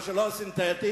מה שלא סינתטי,